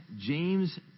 James